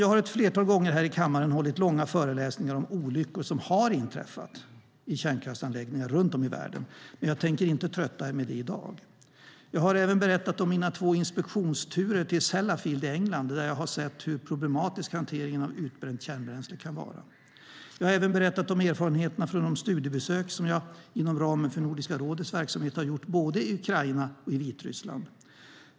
Jag har ett flertal gånger i kammaren hållit långa föreläsningar om olyckor som har inträffat i kärnkraftsanläggningar runt om i världen, men jag tänker inte trötta er med det i dag. Jag har även berättat om mina två inspektionsturer till Sellafield i England där jag har sett hur problematisk hanteringen av utbränt kärnbränsle kan vara. Jag har även berättat om erfarenheterna från de studiebesök som jag inom ramen för Nordiska rådets verksamhet har gjort i både Ukraina och Vitryssland.